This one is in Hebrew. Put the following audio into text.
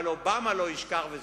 אבל אובמה לא ישכח,